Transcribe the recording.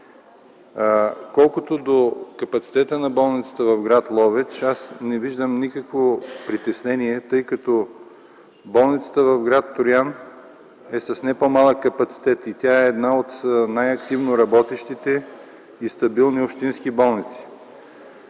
Колкото до капацитета на болницата в гр. Ловеч не виждам никакво притеснение, тъй като болницата в гр. Троян е с не по-малък капацитет и тя е една от най-активно работещите и стабилни общински болници.